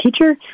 teacher